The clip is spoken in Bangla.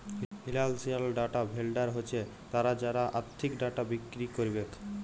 ফিলালসিয়াল ডাটা ভেলডার হছে তারা যারা আথ্থিক ডাটা বিক্কিরি ক্যারবেক